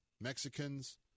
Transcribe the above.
Mexicans